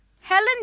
Helen